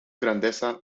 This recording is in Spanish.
grandeza